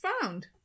found